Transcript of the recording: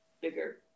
bigger